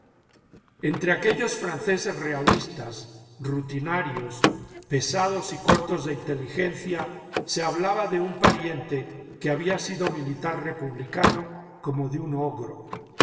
entre aquellos franceses realistas rutinarios pesados y cortos de inteligencia se hablaba de un pariente que había sido militar republicano como de un ogro